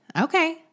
Okay